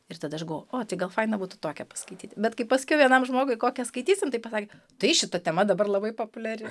ir tada aš galvojau o tai gal faina būtų tokią paskaityti bet kai pasakiau vienam žmogui kokią skaitysim tai pasakė tai šita tema dabar labai populiari